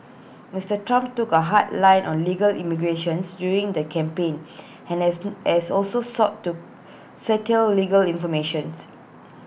Mister Trump took A hard line on legal immigrations during the campaign and has has also sought to curtail legal informations